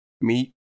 Meet